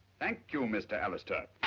thank you, mr. alastair.